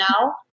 now